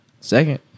Second